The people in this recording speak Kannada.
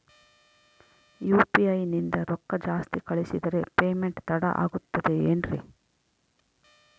ಯು.ಪಿ.ಐ ನಿಂದ ರೊಕ್ಕ ಜಾಸ್ತಿ ಕಳಿಸಿದರೆ ಪೇಮೆಂಟ್ ತಡ ಆಗುತ್ತದೆ ಎನ್ರಿ?